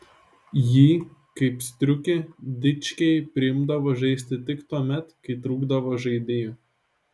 jį kaip striukį dičkiai priimdavo žaisti tik tuomet kai trūkdavo žaidėjų